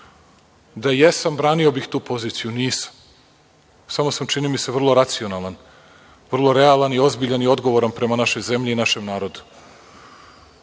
da jesam branio bih tu poziciju. Nisam. Samo sam čini mi se vrlo racionalan, vrlo realan i ozbiljan i odgovoran prema našoj zemlji i našem narodu.